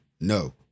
No